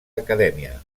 acadèmia